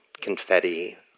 confetti